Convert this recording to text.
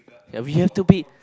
ya we have to be